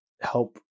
help